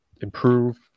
improve